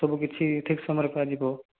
ସବୁ କିଛି ଠିକ୍ ସମୟରେ କରାଯିବ